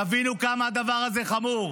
תבינו כמה הדבר הזה חמור.